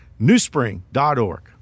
newspring.org